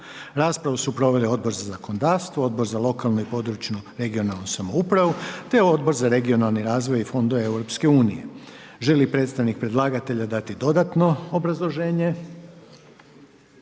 Raspravu su proveli Odbor za zakonodavstvo, Odbor za lokalnu i područnu regionalnu samoupravu, Odbor za regionalni razvoj i fondove EU. Molio bih predstavnika predlagatelja da nam da dodatno obrazloženje.